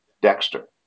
Dexter